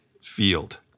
field